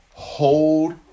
hold